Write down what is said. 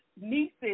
nieces